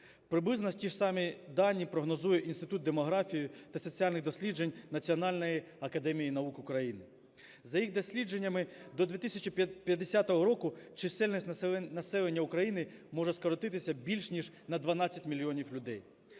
Приблизно ті ж самі дані прогнозує Інститут демографії та соціальних досліджень Національної академії наук України. За їх дослідженнями до 2050 року чисельність населення України може скоротитися більш ніж на 12 мільйонів людей.